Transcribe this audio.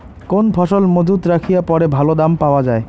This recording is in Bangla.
কোন ফসল মুজুত রাখিয়া পরে ভালো দাম পাওয়া যায়?